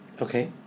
Okay